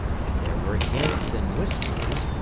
but there were hints and whispers,